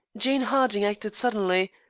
jane harding acted suddenly,